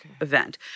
event